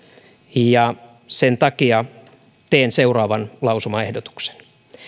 ja sen takia teen seuraavan lausumaehdotuksen